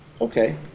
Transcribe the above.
Okay